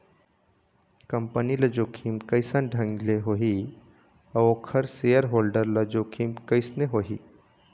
Company ल जोखिम कइसन ढंग ले होही अउ ओखर सेयर होल्डर ल जोखिम कइसने होही?